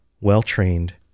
well-trained